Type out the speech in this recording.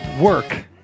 work